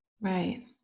right